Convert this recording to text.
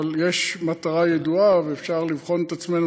יש מטרה ידועה ואפשר לבחון את עצמנו